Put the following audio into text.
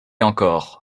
encore